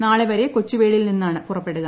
നാളെ വരെ കൊച്ചു വേളിയിൽ നിന്നാണ് പുറപ്പെടുക